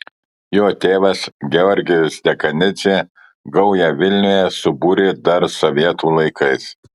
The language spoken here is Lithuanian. jo tėvas georgijus dekanidzė gaują vilniuje subūrė dar sovietų laikais